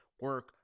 Work